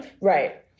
Right